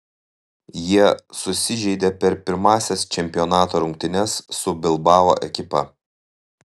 jie susižeidė per pirmąsias čempionato rungtynes su bilbao ekipa